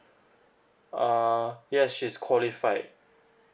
uh yes she's qualify